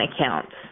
accounts